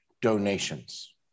donations